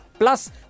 plus